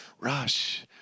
Rush